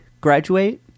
graduate